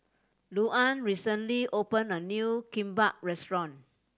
Louann recently opened a new Kimbap Restaurant